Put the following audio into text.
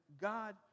God